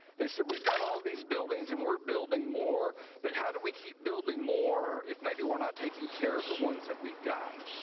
they said, we've got all these buildings and we're building more, but how do we keep building more if maybe we're not taking care of the ones that we've got?